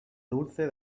dulce